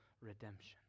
redemption